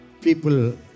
people